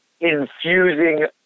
infusing